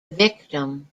victim